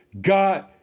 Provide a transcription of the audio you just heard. God